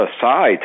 aside